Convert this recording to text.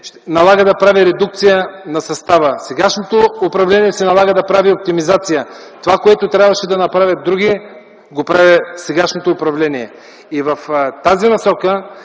се налага да направи редукция на състава. Сегашното управление се налага да прави оптимизация. Това, което се налагаше да правят други, го прави сегашното управление. В тази посока